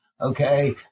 Okay